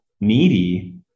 needy